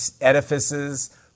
edifices